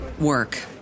work